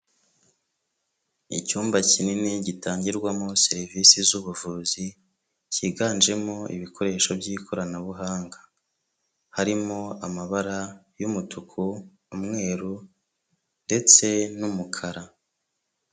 Icyumba kinini gitangirwamo serivisi z'ubuvuzi cyiganjemo ibikoresho by'ikoranabuhanga, harimo amabara y'umutuku, umweru ndetse n'umukara.